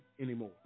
anymore